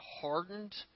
hardened